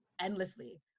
endlessly